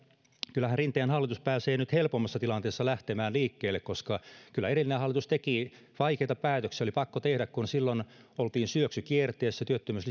kyllähän rinteen hallitus pääsee nyt helpommassa tilanteessa lähtemään liikkeelle koska kyllä edellinen hallitus teki vaikeita päätöksiä oli pakko tehdä kun silloin oltiin syöksykierteessä työttömyys